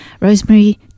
Rosemary